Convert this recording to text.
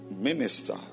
minister